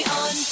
on